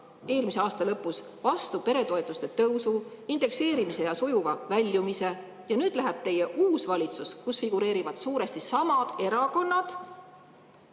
eelmise aasta lõpus vastu peretoetuste tõusu, indekseerimise ja sujuva väljumise. Nüüd läheb teie uus valitsus, kus figureerivad suuresti samad erakonnad,